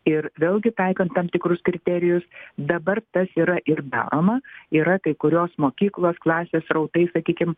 ir vėlgi taikant tam tikrus kriterijus dabar tas yra ir daroma yra kai kurios mokyklos klasės srautai sakykim